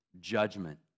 judgment